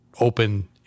open